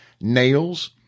nails